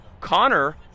Connor